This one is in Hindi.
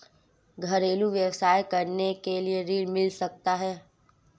घरेलू व्यवसाय करने के लिए ऋण मिल सकता है?